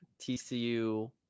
TCU